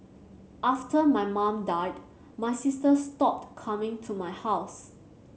after my mum died my sister stopped coming to my house